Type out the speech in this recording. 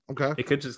Okay